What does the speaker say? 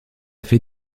fait